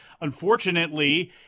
Unfortunately